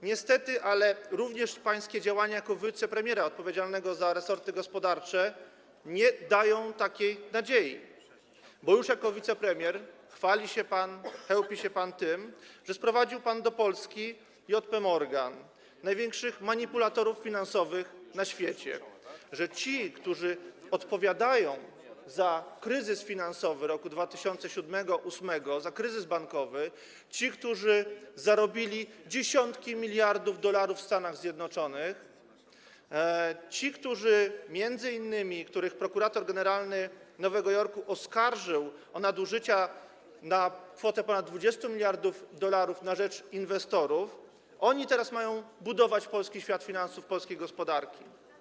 Niestety, ale również pańskie działania jako wicepremiera odpowiedzialnego za resorty gospodarcze nie dają takiej nadziei, bo już jako wicepremier chwali się pan, chełpi się pan tym, że sprowadził pan do Polski J.P. Morgan, największych manipulatorów finansowych na świecie, i że ci, którzy odpowiadają za kryzys finansowy roku 2007 i roku 2008, za kryzys bankowy, ci, którzy zarobili dziesiątki miliardów dolarów w Stanach Zjednoczonych, ci, których m.in. prokurator generalny Nowego Jorku oskarżył o nadużycia na kwotę ponad 20 mld dolarów na rzecz inwestorów, teraz mają budować polski świat finansów, polskiej gospodarki.